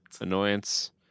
Annoyance